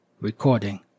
Recording